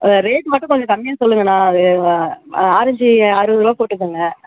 rate மட்டும் கொஞ்சம் கம்மியாக சொல்லுங்கண்ணா அது ஆரஞ்சு அறுபது ரூபா போட்டுக்கோங்க